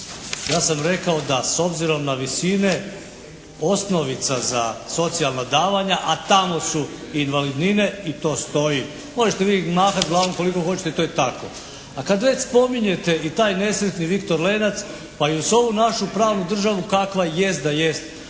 ja sam rekao da s obzirom na visine osnovica za socijalna davanja, a tamo su invalidnine i to stoji. Možete vi mahati glavom koliko hoćete, to je tako. A kada već spominjete i taj nesretni "Viktor Lenac" pa i uz ovu našu pravnu državu kakva jest da